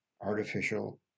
artificial